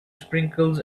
sprinkles